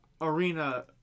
arena